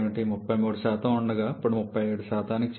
33 ఉండగా ఇప్పుడు 37కి చేరింది